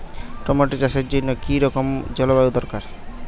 Tomato চাষের জন্য কি রকম জলবায়ু দরকার?